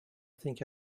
think